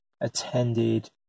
attended